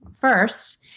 First